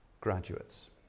graduates